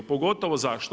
Pogotovo zašto?